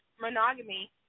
monogamy